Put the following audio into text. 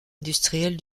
industrielle